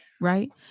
right